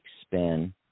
spin